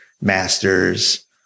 masters